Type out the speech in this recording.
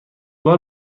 بار